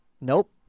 Nope